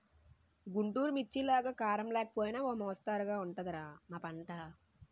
గుంటూరు మిర్చిలాగా కారం లేకపోయినా ఓ మొస్తరుగా ఉంటది రా మా పంట